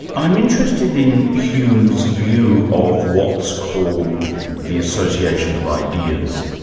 i'm interested in hume's view of what's called the association of ideas.